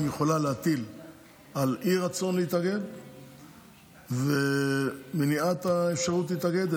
יכולה להטיל על אי-רצון להתאגד ומניעת האפשרות להתאגד.